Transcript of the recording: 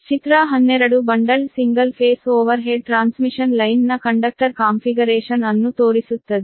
ಚಿತ್ರ 12 bundled single phase overhead transmission line ನ conductor configuration ಅನ್ನು ತೋರಿಸುತ್ತದೆ